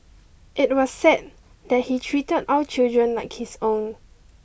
it was said that he treated all children like his own